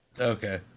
Okay